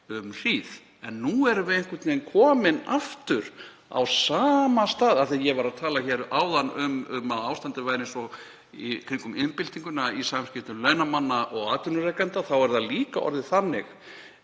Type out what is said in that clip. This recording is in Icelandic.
En nú erum við einhvern veginn komin aftur á sama stað. Af því að ég var að tala hér áðan um að ástandið væri eins og í kringum iðnbyltinguna í samskiptum launamanna og atvinnurekenda er það líka orðið þannig,